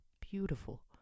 beautiful